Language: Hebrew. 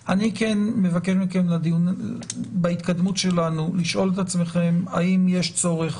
אני כן מבקש מכם בהתקדמות שלנו לשאול את עצמכם האם יש צורך